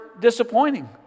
disappointing